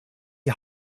die